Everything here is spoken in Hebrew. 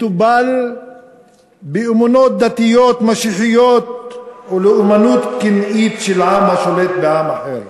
מתובל באמונות דתיות משיחיות ולאומנות קנאית של עם השולט בעם אחר.